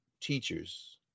teachers